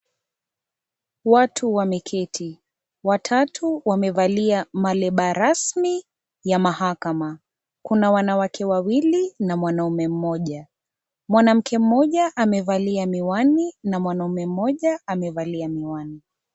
Watu wameketi. Watatu wamevalia malemba rasmi ya mahakama. Kuna wanawake wawili na mwanaume mmoja. Mwanamke mmoja amevalia miwani, na mwanaume mmoja amevalia miwani.